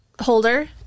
holder